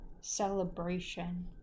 celebration